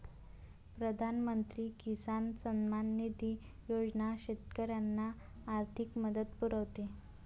प्रधानमंत्री किसान सन्मान निधी योजना शेतकऱ्यांना आर्थिक मदत पुरवते